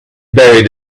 buried